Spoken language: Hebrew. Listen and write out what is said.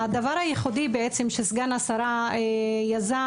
הדבר הייחודי בעצם שסגן השרה יזם,